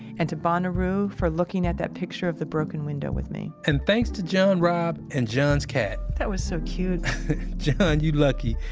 and to bonaru for looking at that picture of the broken window with me and thanks to john robb and john's cat that was so cute john, you lucky.